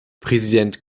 präsident